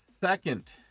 Second